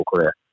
career